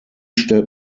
stellt